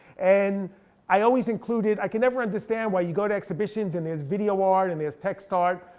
and i always included, i can never understand why you go to exhibitions and there's video art, and there's text art,